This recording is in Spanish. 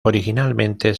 originalmente